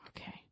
Okay